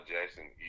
Jackson